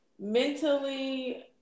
mentally